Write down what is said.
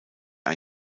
ein